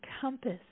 compass